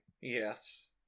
Yes